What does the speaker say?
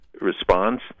response